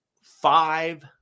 five